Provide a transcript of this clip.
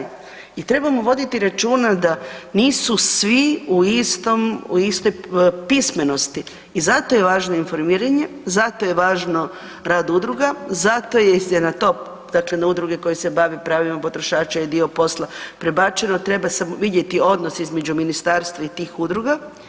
I trebamo voditi računa da nisu svi u istom, u istoj pismenosti i zato je važno informiranje, zato je važno rad udruga, zato je na to, dakle na udruge koje se bave pravima potrošača je dio posla prebačeno, treba samo vidjeti odnos između ministarstva i tih udruga.